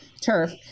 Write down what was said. turf